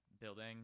building